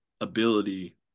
ability